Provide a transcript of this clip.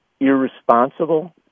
irresponsible